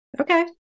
Okay